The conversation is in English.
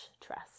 trust